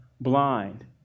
blind